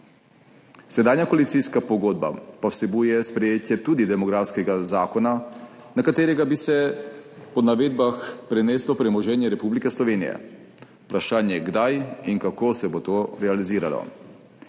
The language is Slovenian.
Sedanja koalicijska pogodba pa vsebuje sprejetje tudi demografskega zakona, na katerega bi se po navedbah preneslo premoženje Republike Slovenije. Vprašanje je, kdaj in kako se bo to realiziralo.